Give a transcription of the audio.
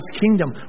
kingdom